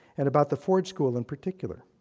and about the ford school in particular.